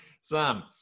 Sam